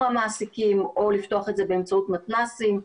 המעסיקים או לפתוח את זה באמצעות מתנ"סים,